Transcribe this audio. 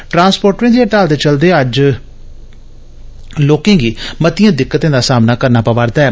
ट्रांसपोटरें दी हड़ताल दे चलदे अज्ज आम लोकें गी मतिएं दिक्कतें दा सामना करना पवा'रदा ऐ